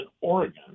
Oregon